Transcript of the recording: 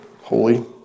holy